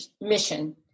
mission